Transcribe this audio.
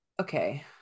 okay